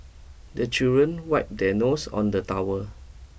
the children wipe their nose on the towel